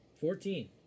Fourteen